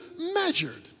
measured